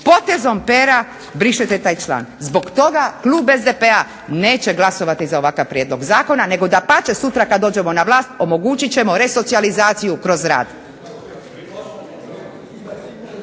potezom pera brišete taj član. Zbog toga klub SDP-a neće glasati za ovakav prijedlog zakona, nego dapače sutra kada dođemo na vlast omogućit ćemo resocijalizaciju kroz rad.